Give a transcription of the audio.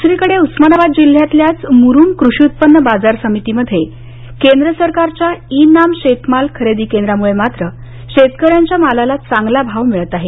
द्सरीकडे उस्मानाबाद जिल्ह्यातल्याच मुरूम कृषी उत्पन्न बाजार समितीमध्ये केंद्र सरकारच्या इ नाम शेतमाल खरेदी केंद्रामुळे मात्र शेतकऱ्यांच्या मालाला चांगला भाव मिळत आहे